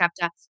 chapter